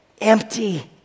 empty